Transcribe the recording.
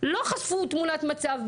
לא חשפו תמונת מצב.